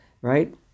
right